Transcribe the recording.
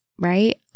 right